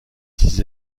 six